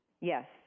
Yes